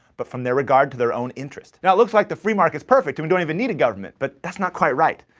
but from their regard to their own interest. now, it looks like the free market's perfect and we don't even need a government, but that's not quite right.